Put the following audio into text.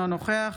אינו נוכח